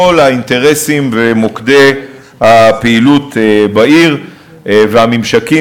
האינטרסים ומוקדי הפעילות בעיר והממשקים,